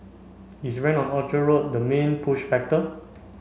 is rent on Orchard Road the main push factor